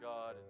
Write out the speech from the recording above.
God